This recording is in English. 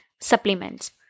supplements